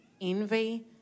envy